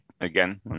again